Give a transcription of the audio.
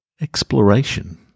exploration